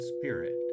spirit